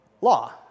law